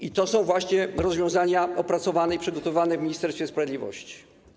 I to są właśnie rozwiązania opracowane i przygotowane w Ministerstwie Sprawiedliwości.